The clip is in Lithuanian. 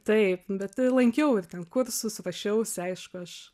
taip bet lankiau ir ten kursus ruošiaus aišku aš